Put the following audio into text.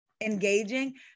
engaging